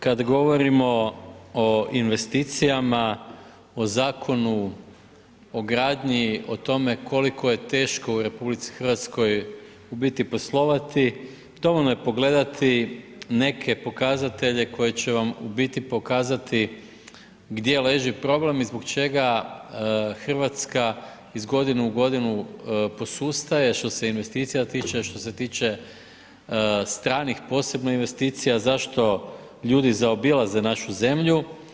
Kada govorimo o investicijama, o Zakonu o gradnji, o tome, koliko je teško u RH u biti poslovati, dovoljno je pogledati neke pokazatelje koji će vam u biti pokazati, gdje leži problem i zbog čega Hrvatska iz godine u godinu posustaje što se investicija tiče, što se tiče stranih posebno investicija, zašto ljudi zaobilaze našu zemlju.